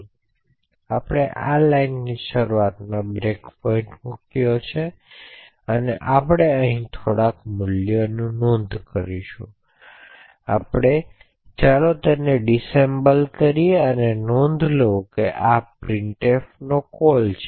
તેથી આપણે આ લાઇનની શરૂઆતમાં બ્રેકપોઇન્ટ મૂક્યો છે અને આપણે અહીં થોડાક મૂલ્યો નોંધ કરીશું ચાલો આપણે તેને ડિસએસેમ્બલ કરીએ અને નોંધ લો કે આ પ્રિન્ટફ કોલ છે